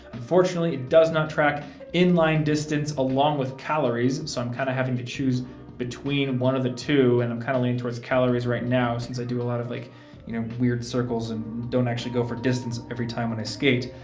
unfortunately, it does not track inline distance along with calories, so i'm kinda having to choose between one of the two and i'm kinda leaning towards calories right now, since i do a lot of like you know weird circles and don't actually go for distance every time when i skate.